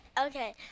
Okay